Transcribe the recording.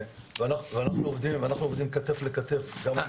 ואנחנו עובדים כתף אל כתף גם עם